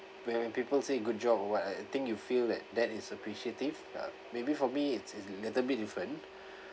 when when people say good job or what I I think you feel that that is appreciative ya maybe for me it's a little bit different